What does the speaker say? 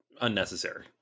unnecessary